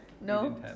No